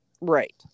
Right